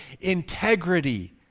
integrity